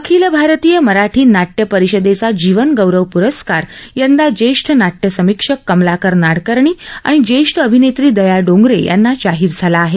अखिल भारतीय मराठी नाट्य परिषदेचा जीवनगौरव प्रस्कार यंदा जेष्ठ नाट्य समीक्षक कमलाकर नाडकर्णी आणि जेष्ठ अभिनेत्री दया डोंगरे यांना जाहीर झालाय